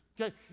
Okay